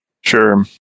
Sure